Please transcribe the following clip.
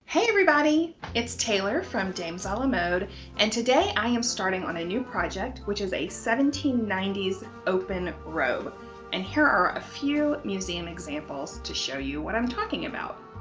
hey everybody! it's taylor from dames a la mode and today i am starting on a new project which is a seventeen ninety s open robe and here are a few museum examples to show you what i'm talking about